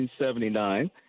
1979